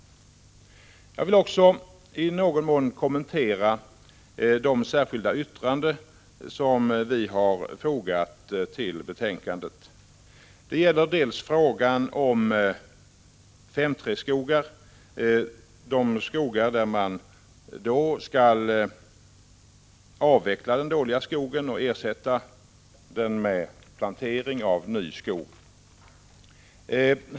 Jag vill också i någon mån kommentera de särskilda yttranden som vi har fogat till betänkandet. Det gäller till att börja med frågan om 5:3-skogarna, dvs. de skogar som man enligt skogsvårdslagen skall avverka och ersätta med plantering av ny skog.